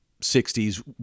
60s